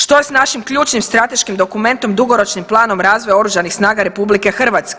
Što je s našim ključnim strateškim dokumentom, Dugoročnim planom razvoja Oružanih snaga RH?